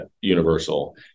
universal